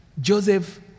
Joseph